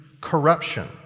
corruption